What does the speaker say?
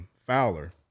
Fowler